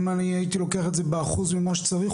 אם אני הייתי לוקח את זה באחוז ממה שצריך,